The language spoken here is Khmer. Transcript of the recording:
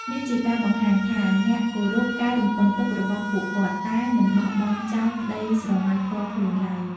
នេះជាការបង្ហាញថាអ្នកគោរពការរំពឹងទុករបស់ពួកគាត់ តែមិនបោះបង់ចោលក្ដីស្រមៃផ្ទាល់ខ្លួនឡើយ។